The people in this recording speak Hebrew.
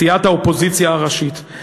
סיעת האופוזיציה הראשית.